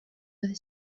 with